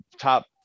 top